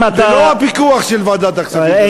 ללא הפיקוח של ועדת הכספים.